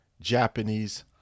Japanese